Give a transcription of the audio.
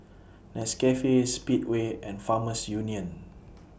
Nescafe Speedway and Farmers Union